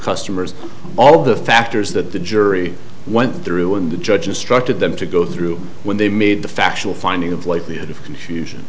customers all the factors that the jury went through and the judge instructed them to go through when they made the factual finding of likelihood of confusion